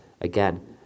Again